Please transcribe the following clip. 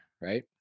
right